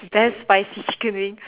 that's spicy chicken wings